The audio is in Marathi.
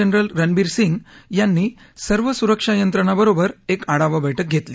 जनरल रणबीर सिंग यांनी सर्व सुरक्षा यंत्रणांबरोबर एक आढावा बक्क घेतली